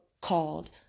called